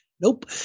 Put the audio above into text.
Nope